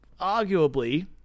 Arguably